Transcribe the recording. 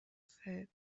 said